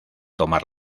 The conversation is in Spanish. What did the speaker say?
tomar